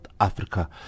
Africa